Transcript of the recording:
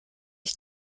ich